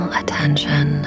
attention